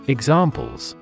Examples